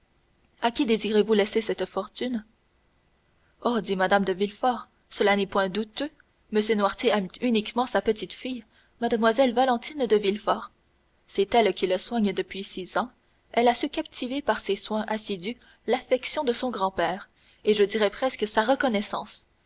à qui désirez-vous laisser cette fortune oh dit mme de villefort cela n'est point douteux m noirtier aime uniquement sa petite-fille mlle valentine de villefort c'est elle qui le soigne depuis six ans elle a su captiver par ses soins assidus l'affection de son grand-père et je dirai presque sa reconnaissance